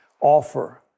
offer